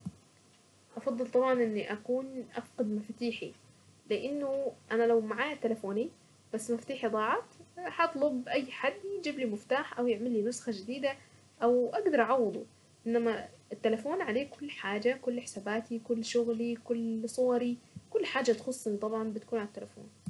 افضل طبعا اني اكون افقد مفاتيحي لانه انا لو معايا تليفوني بس مفاتيحي ضاعت هطلب اي حد يجيب لي مفتاح او يعمل لي نسخة جديدة او اقدر اعوضه انما التلفون عليه كل حاجة كل حساباتي كل شغلي كل صوري كل حاجة تخصني طبعا بتكون على التليفون.